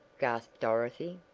gasped dorothy.